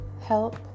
help